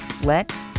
Let